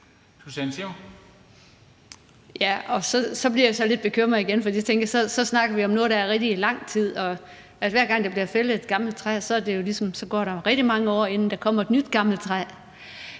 Så bliver jeg lidt bekymret igen, for så snakker vi om noget, der er om rigtig lang tid. Altså, hver gang der bliver fældet et gammelt træ, går der jo rigtig mange år, inden der kommer et nyt gammelt træ.